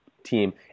Team